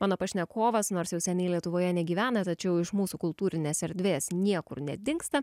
mano pašnekovas nors jau seniai lietuvoje negyvena tačiau iš mūsų kultūrinės erdvės niekur nedingsta